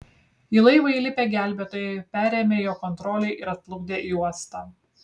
į laivą įlipę gelbėtojai perėmė jo kontrolę ir atplukdė į uostą